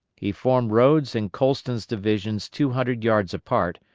he formed rodes' and colston's divisions two hundred yards apart,